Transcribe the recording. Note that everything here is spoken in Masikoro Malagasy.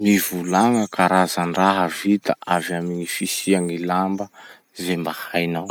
Mivolagna karazan-draha vita avy amy gny fisiagn'ny lamba ze mba hainao.